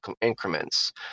increments